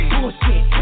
Bullshit